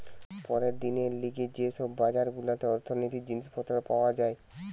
পরের দিনের লিগে যে সব বাজার গুলাতে অর্থনীতির জিনিস পত্র পাওয়া যায়